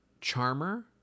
charmer